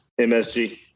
MSG